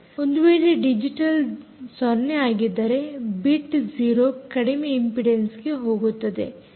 ಒಂದು ವೇಳೆ ಡಿಜಿಟಲ್ 0 ಆಗಿದ್ದರೆ ಬಿಟ್ 0 ಕಡಿಮೆ ಇಂಪಿಡೆನ್ಸ್ಗೆ ಹೋಗುತ್ತದೆ